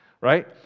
right